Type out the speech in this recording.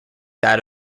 that